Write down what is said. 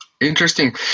Interesting